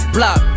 Block